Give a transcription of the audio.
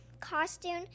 costume